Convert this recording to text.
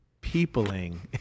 peopling